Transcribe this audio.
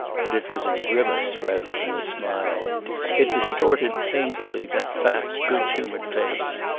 but it was a grimace rather than a smile it distorted painfully that fat good-humoured face.